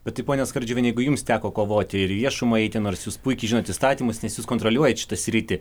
pati ponia skardžiuviene jeigu jums teko kovoti ir į viešumą eiti nors jus puikiai žinot įstatymus nes jūs kontroliuojat šitą sritį